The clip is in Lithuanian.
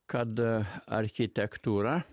kad architektūra